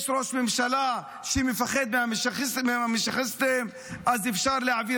יש ראש ממשלה שמפחד מהמשיחיסטים אז אפשר להעביר